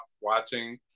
watching